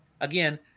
again